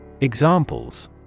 Examples